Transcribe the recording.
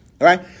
right